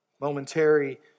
Momentary